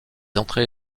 entrées